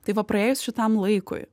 tai va praėjus šitam laikui